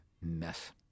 mess